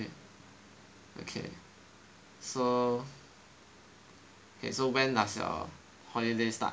okay so okay so when does your holiday start